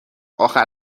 آخر